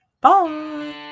bye